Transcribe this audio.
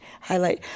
highlight